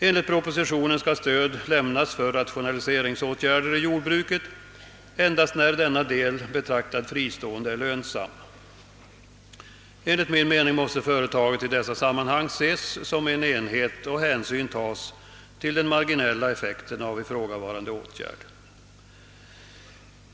Enligt propositionen skall stöd lämnas för rationaliseringsåtgärder i jordbruket endast när denna del — betraktad fristående — är lönsam. Enligt min mening måste företaget i dessa sammanhang ses som en enhet, och hänsyn måste tas till den marginella effekten av ifrågavarande åtgärd.